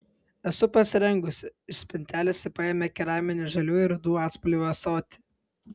esu pasirengusi iš spintelės ji paėmė keraminį žalių ir rudų atspalvių ąsotį